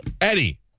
Eddie